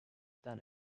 then